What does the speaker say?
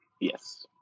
Yes